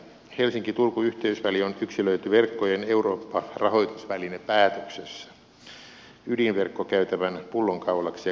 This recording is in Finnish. helsinkiturku yhteysväli on yksilöity verkkojen eurooppa rahoitusvälinepäätöksessä ydinverkkokäytävän pullonkaulaksi ja kehittämiskohteeksi